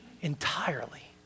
entirely